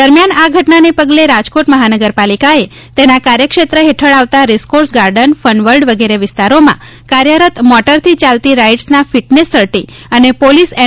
દરમ્યાન આ ઘટનાને પગલે રાજકોટ મહાનગરપાલિકાને તેના કાર્યક્ષેત્ર હેઠળ રેસક્રોસ ગાર્ડન ફનવર્લ્ડ વગેરે વિસ્તારોમાં કાર્યરત મોટરથી ચાલતી રાઇડ્સના ફિટનેસ સર્ટી અને પોલિસ એન